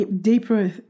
deeper